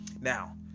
Now